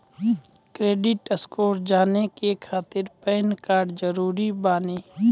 Credit score जाने के खातिर पैन कार्ड जरूरी बानी?